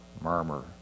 murmur